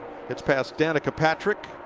gets past danica patrick.